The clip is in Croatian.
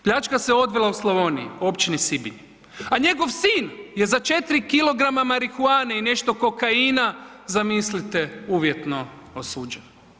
Pljačka se odvila u Slavoniji u općini Sibinj, a njegov sin je za 4 kg marihuane i nešto kokaina zamislite uvjetno osuđen.